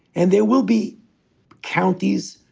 and there will be counties,